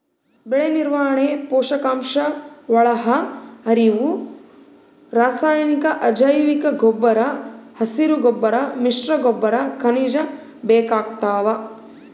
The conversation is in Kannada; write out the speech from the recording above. ಬೆಳೆನಿರ್ವಹಣೆಗೆ ಪೋಷಕಾಂಶಒಳಹರಿವು ರಾಸಾಯನಿಕ ಅಜೈವಿಕಗೊಬ್ಬರ ಹಸಿರುಗೊಬ್ಬರ ಮಿಶ್ರಗೊಬ್ಬರ ಖನಿಜ ಬೇಕಾಗ್ತಾವ